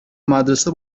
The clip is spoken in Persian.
مدرسه